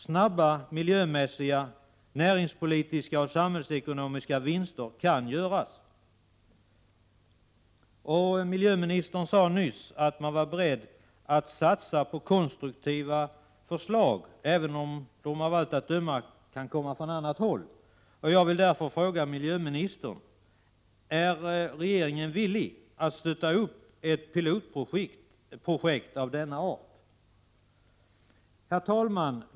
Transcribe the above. Snabba miljömässiga, näringspolitiska och samhällsekonomiska vinster kan göras. Miljöministern sade nyss att hon var beredd att satsa på konstruktiva förslag även om de kommer från annat håll än regeringen. Jag vill därför fråga: Är regeringen villig att stötta ett pilotprojekt av denna art? Herr talman!